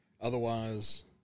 Otherwise